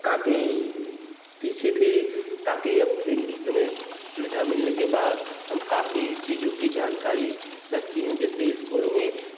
काफ़ी पीछे थे ताकि अब इस समय सुविधा मिलने के बाद हम काफ़ी चीज़ों की जानकारी रहती है जैसे स्कूलों में